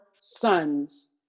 sons